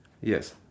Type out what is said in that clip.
Yes